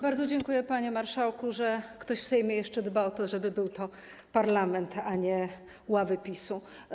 Bardzo dziękuję, panie marszałku, że ktoś w Sejmie jeszcze dba o to, żeby był to parlament, a nie ławy PiS-u.